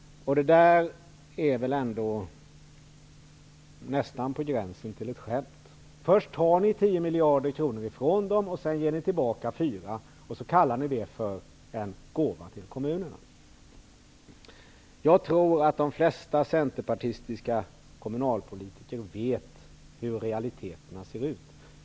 Det är väl ändå på gränsen till ett skämt. Först tas 10 miljarder kronor från kommunerna och sedan ges 4 miljarder kronor tillbaka, och det kallar ni för en gåva till kommunerna. Jag tror att de flesta centerpartistiska kommunalpolitiker vet hur realiteterna ser ut.